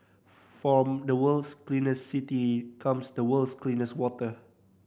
from the world's cleanest city comes the world's cleanest water